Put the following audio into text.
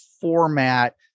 format